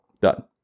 done